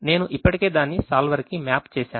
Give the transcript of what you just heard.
నేను ఇప్పటికే దాన్ని solver కి మ్యాప్ చేసాను